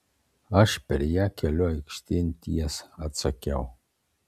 aš per ją keliu aikštėn tiesą atsakiau